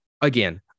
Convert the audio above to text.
again